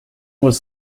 was